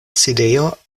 sidejo